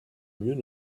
mieux